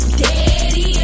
daddy